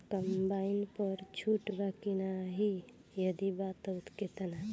Combine पर छूट बा की नाहीं यदि बा त केतना?